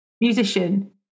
musician